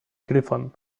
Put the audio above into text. gryphon